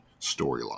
storyline